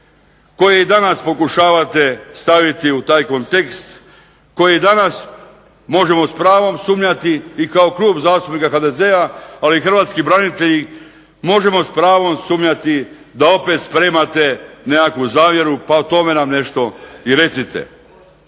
koje i danas pokušavate staviti u taj kontekst, koji danas možemo s pravom sumnjati i kao klub zastupnika HDZ-a, ali i hrvatski branitelji, možemo s pravom sumnjati da opet spremate neku zavjeru pa o tome nam nešto i recite.